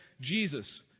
Jesus